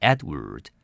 Edward